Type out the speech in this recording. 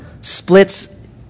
splits